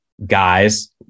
guys